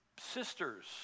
Sisters